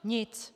Nic.